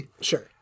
Sure